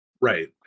Right